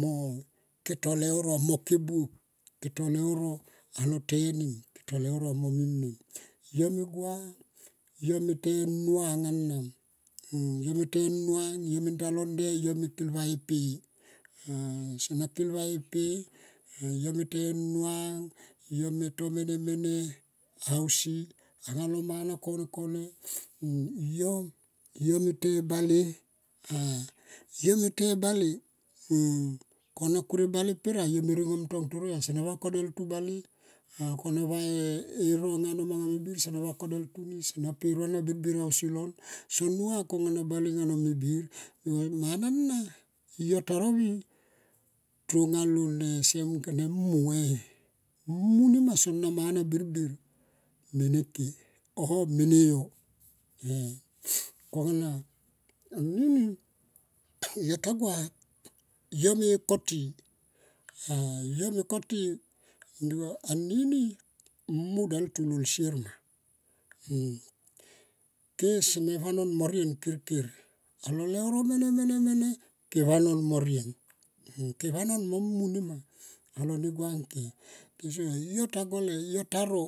mo ke to leuro mo ke buop ike to leuro ano tenim mo mimem yo me gua yo me te nuang anam. Yo me te nuang yo me talonde yo me kil va e pe sona kil va e pe me te nuang yo me to mene mene ausi anga lo mana kone yo me te e bale ah yo me te bale. Kone kure bale per a yo me ringom tong toroi a sona vaka deltu e bale kona ve erona manga me bir sona vakadelt tu ni sona po e rona birbir ausi long son nuva kora ano masi nga me bir. Mana na yo ta rovie to nga lo ne se mung kone mu. Mu nemas sona mana birbir mene ke on mene yo konga na anini yo ta gua yo me koti ah yo me koti anini mu deltu lol sier ma ke seme vanom morien kirkir alo leuro mene mene ke vanon mo mu nema alo ne gua ang ke. Ke soni anini kem tagole yo taro.